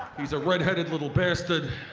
he's a redheaded little bastard